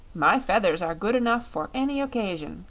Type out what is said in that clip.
my feathers are good enough for any occasion,